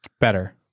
Better